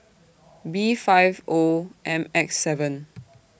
B five O M X seven